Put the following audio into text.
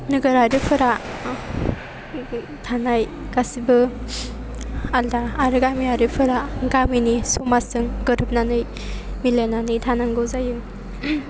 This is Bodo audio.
नोगोरारिफोरा थानाय गासैबो आलादा आरो गामियारिफोरा गामिनि समाजजों गोरोबनानै मिलायनानै थानांगौ जायो